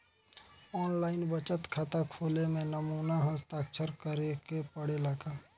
आन line बचत खाता खोले में नमूना हस्ताक्षर करेके पड़ेला का?